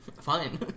Fine